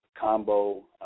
Combo